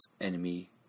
enemy